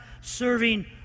serving